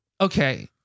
Okay